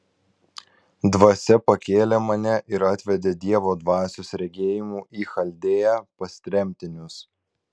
dvasia pakėlė mane ir atvedė dievo dvasios regėjimu į chaldėją pas tremtinius